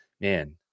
man